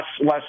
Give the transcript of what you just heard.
less